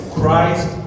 Christ